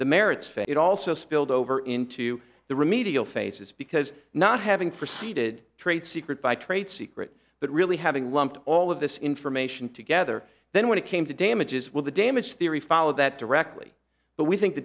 the merits face it also spilled over into the remedial faces because not having proceeded trade secret by trade secret but really having lumped all of this information together then when it came to damages with a damaged theory follow that directly but we think the